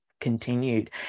continued